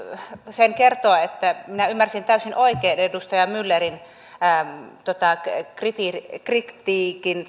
sen kertoa että minä ymmärsin täysin oikein edustaja myllerin kritiikin